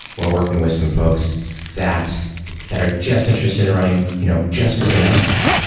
we're working with some folks that that are just interested in running you know just kubernetes,